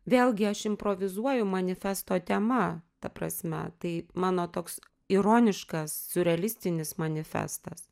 vėlgi aš improvizuoju manifesto tema ta prasme tai mano toks ironiškas siurrealistinis manifestas